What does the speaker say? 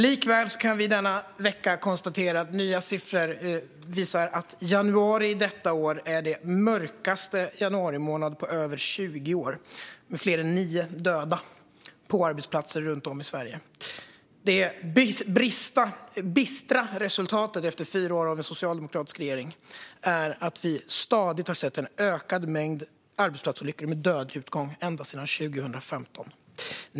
Likväl kan vi denna vecka konstatera att nya siffror visar att januari detta år är den mörkaste januarimånaden på över 20 år, med fler än nio döda på arbetsplatser runt om i Sverige. Det bistra resultatet efter fyra år med socialdemokratisk regering är att vi stadigt har sett en ökad mängd arbetsplatsolyckor med dödlig utgång ända sedan 2015.